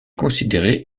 considéré